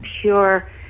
pure